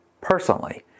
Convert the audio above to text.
personally